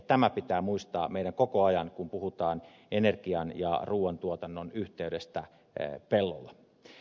tämä pitää muistaa meidän koko ajan kun puhutaan energian ja ruuantuotannon yhteydestä pellolla